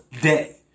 day